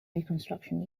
reconstruction